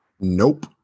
Nope